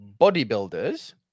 bodybuilders